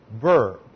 verb